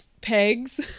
pegs